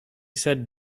said